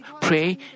pray